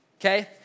Okay